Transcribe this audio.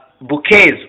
bouquets